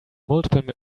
multiple